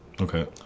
Okay